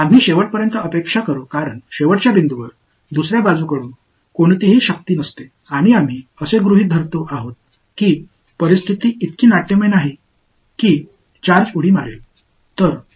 முடிவுகளை நோக்கி நாம் எதிர்பார்ப்போம் ஏனென்றால் இறுதிப் புள்ளிகளில் மறுபுறம் எந்த சக்தியும் இல்லை மேலும் நிலைமை மிகவும் வியத்தகு முறையில் இல்லை என்று நாங்கள் கருதுகிறோம் சார்ஜ் சரியான விஷயத்திலிருந்து குதிக்கிறது